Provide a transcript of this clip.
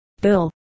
Bill